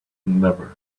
never